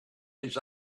his